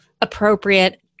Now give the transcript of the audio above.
appropriate